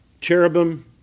Cherubim